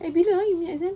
eh bila ah you punya exam